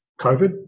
COVID